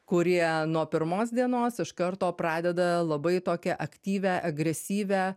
kurie nuo pirmos dienos iš karto pradeda labai tokią aktyvią agresyvią